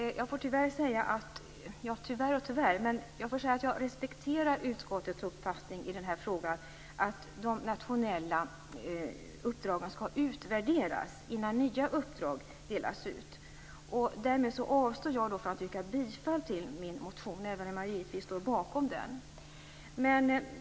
Jag får säga att jag respekterar utskottets uppfattning i denna fråga om att de nationella uppdragen skall utvärderas innan nya uppdrag delas ut. Därmed avstår jag från att yrka bifall till min motion, även om jag givetvis står bakom den.